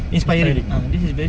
inspiring